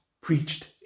preached